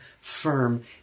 firm